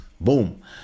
Boom